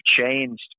changed